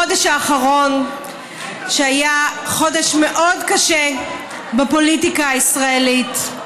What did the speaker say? החודש האחרון היה חודש מאוד קשה בפוליטיקה הישראלית,